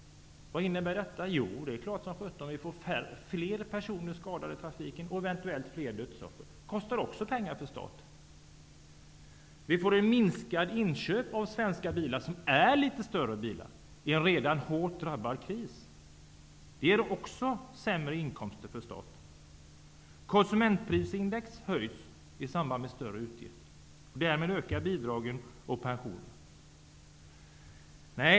Vad innebär detta? Det är klart som sjutton att vi får fler personer skadade i trafiken och eventuellt fler dödsoffer. Det kostar också pengar för staten. Vi får minskat inköp av svenska bilar, som är större bilar, i en redan hårt drabbad krisbransch. Det ger också sämre inkomster för staten. Konsumentprisindex höjs i samband med större utgifter. Därmed ökar bidragen och pensionerna.